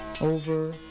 over